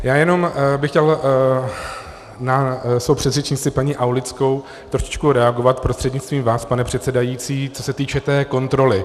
Já jenom bych chtěl na svou předřečnici paní Aulickou trošičku reagovat prostřednictvím vás, pane předsedající, co se týče té kontroly.